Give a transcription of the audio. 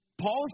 Paul